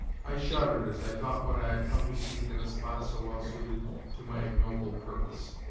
i shuddered as i thought what i had come to seek in a spot so well suited to my ignoble purpose.